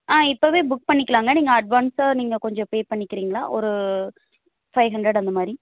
ஆ இப்போவே புக் பண்ணிக்கலாங்க நீங்கள் அட்வான்ஸாக நீங்கள் கொஞ்சம் பே பண்ணிக்கிறீங்களா ஒரு ஃபைவ் ஹண்ட்ரட் அந்த மாதிரி